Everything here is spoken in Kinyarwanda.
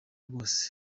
rwose